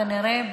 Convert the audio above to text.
כנראה,